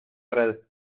red